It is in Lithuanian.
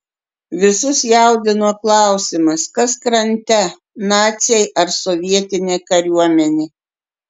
visus jaudino klausimas kas krante naciai ar sovietinė kariuomenė